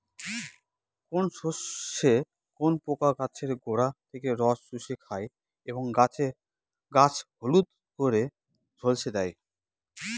কোন শস্যে কোন পোকা গাছের গোড়া থেকে রস চুষে খায় এবং গাছ হলদে করে ঝলসে দেয়?